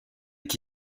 est